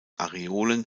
areolen